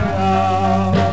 love